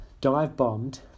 dive-bombed